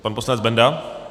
Pan poslanec Benda.